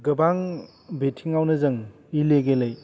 गोबां बिथिङावनो जों इलिगेलै